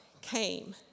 came